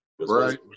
Right